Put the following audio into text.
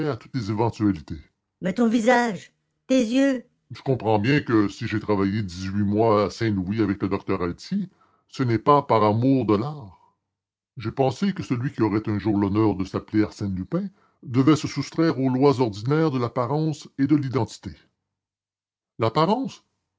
à toutes les éventualités mais votre visage vos yeux vous comprenez bien que si j'ai travaillé dix-huit mois à saint-louis avec le docteur altier ce n'est pas par amour de l'art j'ai pensé que celui qui aurait un jour l'honneur de s'appeler arsène lupin devait se soustraire aux lois ordinaires de l'apparence et de l'identité l'apparence